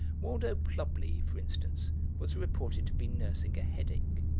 waldo plubley, for instance, was reported to be nursing a headache.